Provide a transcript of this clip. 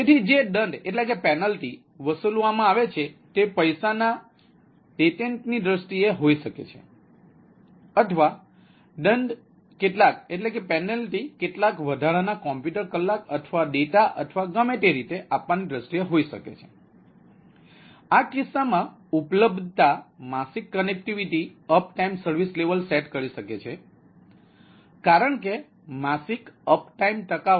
તેથી જે દંડ વસૂલવામાં આવે છે તે પૈસાના ડેટેન્ટની દ્રષ્ટિએ હોઈ શકે છે અથવા દંડ કેટલાક વધારાના કમ્પ્યુટ કલાક અથવા ડેટા અથવા ગમે તે રીતે આપવાની દ્રષ્ટિએ હોઈ શકે છે આ કિસ્સામાં ઉપલબ્ધતા માસિક connectivity uptime service level set કરી શકે છે કારણ કે માસિક અપ ટાઇમ ટકાવારી 99